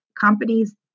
companies